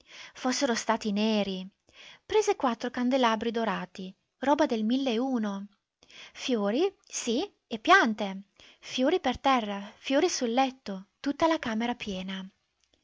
fossero stati neri prese quattro candelabri dorati roba del mille e uno fiori sì e piante fiori per terra fiori sul letto tutta la camera piena